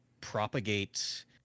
propagate